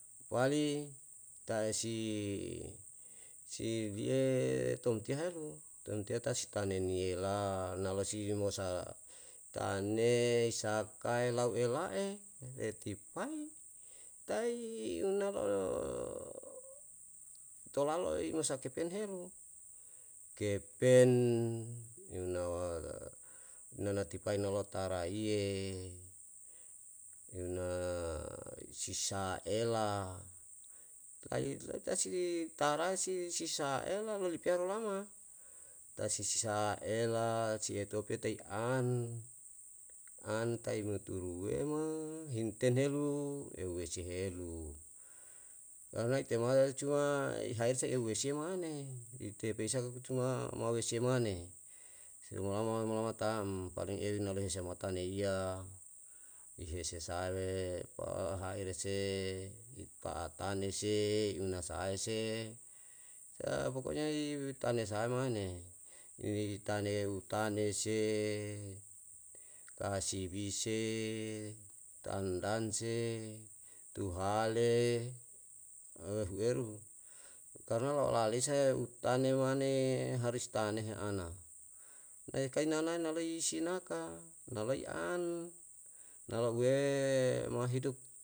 wali tae si, si lie tom tiiyehelu, tomtiye ta si tane niyela nalo si mosa tane sakae lau ela'e, etipai tai unalo'o tolalo inusa kepen helu, kepen nono, nono tipai nolo taraiye, yuna sisa ela, ahie ne si tarae si si sa'a ela lo ripia lolama, tae si sa'a ela, si etope tai an, an tai ne turuwema, himten helu euwesehelu. Karna itemata icuma hairse eu wehese mae itepeisa ka ku cuma mawese mane, simolamamo olama tam paleng eli nahesa mata neiya, ihese sae le'e pa'a haire se, ipa'a tane se, iyuna sahae se, sa pokonya i tane sahae mane, itane utane se, kasibi se, tandan se, tuhale, ehueru. karna lau la'alisa ye utane mane harus itane he ana, nai kainana nali si naka, naloi an, na louwe mo hidup